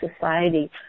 society